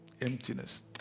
emptiness